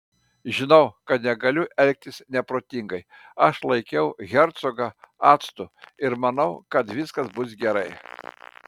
žinau kad negaliu elgtis neprotingai aš laikiau hercogą atstu ir manau kad viskas bus gerai